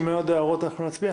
אם אין הערות אנחנו נצביע.